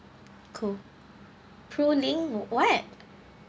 pro link what